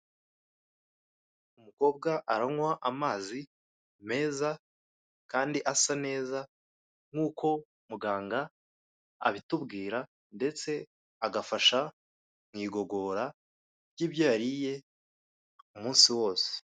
Umukobwa aranywa amazi meza, kandi asa neza, nk'uko muganga abitubwira, ndetse agafasha mu igogora ry'ibyo yariye umunsi wose.